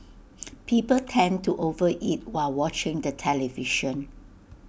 people tend to over eat while watching the television